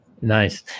nice